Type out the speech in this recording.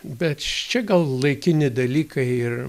bet čia gal laikini dalykai ir